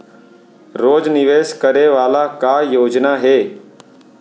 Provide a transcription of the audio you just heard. रोज निवेश करे वाला का योजना हे?